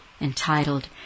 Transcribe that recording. entitled